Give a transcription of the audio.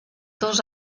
dos